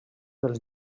dels